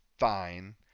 fine